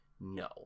No